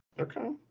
Okay